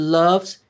loves